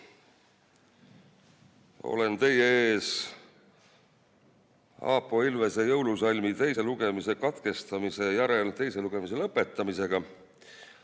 Olen teie ees Aapo Ilvese jõulusalmi teise lugemise katkestamise järel teise lugemise lõpetamisega.